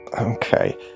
Okay